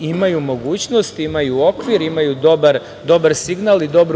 imaju mogućnost, imaju okvir, imaju dobar signal i dobru